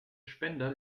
spender